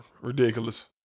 Ridiculous